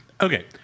Okay